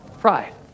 Pride